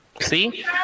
See